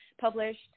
published